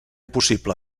possible